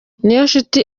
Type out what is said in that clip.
niyonshuti